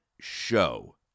show